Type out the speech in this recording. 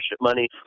money